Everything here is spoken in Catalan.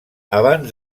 abans